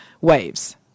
waves